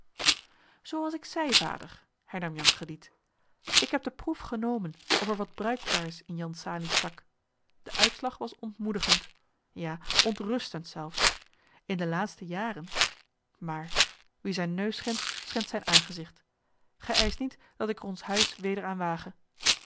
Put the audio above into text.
zoo als ik zeî vader hernam jan crediet ik heb de proef genomen of er wat bruikbaars in jan salie stak de uitslag was ontmoedigend ja ontrustend zelfs in de laatste jaren maar wie zijn neus schendt schendt zijn aangezigt gij eischt niet dat ik er ons huis weder aan wage